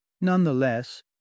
nonetheless